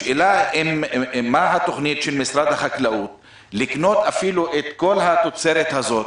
השאלה היא האם יש תוכנית של משרד החקלאות לקנות את כל התוצרת הזאת,